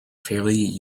fairly